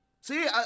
See